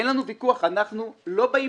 אין לנו וויכוח, אנחנו לא באים